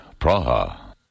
Praha